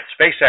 SpaceX